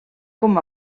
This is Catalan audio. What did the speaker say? com